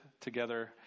together